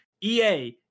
EA